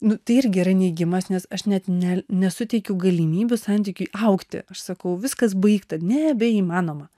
nu tai irgi yra neigimas nes aš net ne nesuteikiau galimybių santykiui augti aš sakau viskas baigta nebeįmanoma